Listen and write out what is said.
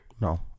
no